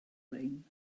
lein